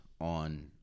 on